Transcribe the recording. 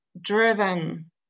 driven